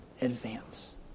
advance